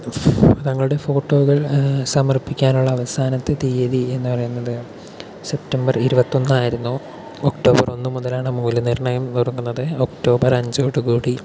ഫലങ്ങളുടെ ഫോട്ടോകൾ സമർപ്പിക്കാനുള്ള അവസാനത്തെ തീയതി എന്നു പറയുന്നത് സെപ്റ്റംബർ ഇരുപത്തൊന്നായിരുന്നു ഒക്ടോബർ ഒന്നു മുതലാണ് മൂല്യനിർണ്ണയം തുടങ്ങുന്നത് ഒക്ടോബർ അഞ്ചോടു കൂടി